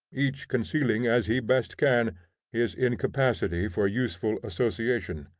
each concealing as he best can his incapacity for useful association,